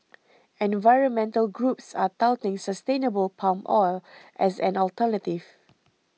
environmental groups are touting sustainable palm oil as an alternative